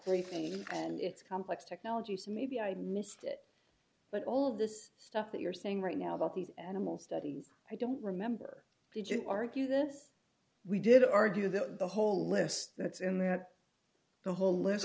briefing and it's complex technology so maybe i missed it but all of this stuff that you're saying right now about these animal studies i don't remember did you argue this we did argue that the whole list that's in that the whole li